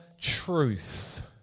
truth